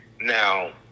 Now